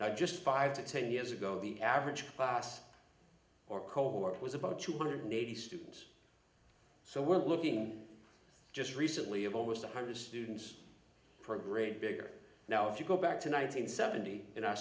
now just five to ten years ago the average class or cohort was about two hundred eighty students so we're looking just recently of almost a hundred students per grade bigger now if you go back to nine hundred seventy in our